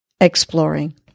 exploring